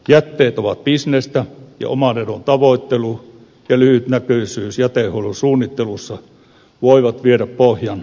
jätteet ovat bisnestä ja oman edun tavoittelu ja lyhytnäköisyys jätehuollon suunnittelussa voivat viedä pohjan näiltä periaatteilta